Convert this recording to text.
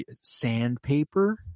sandpaper